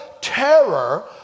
terror